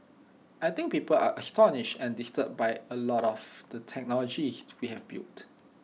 I think people are astonished and disturbed by A lot of the technologies we have built